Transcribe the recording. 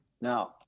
Now